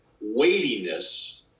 weightiness